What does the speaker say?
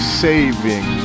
saving